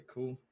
Cool